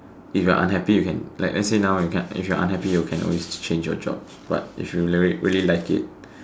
if you're unhappy you can like let's say now you can if you're unhappy you can always change your job but if you like really like it